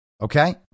Okay